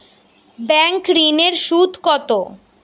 Bank ঋন এর সুদ কত?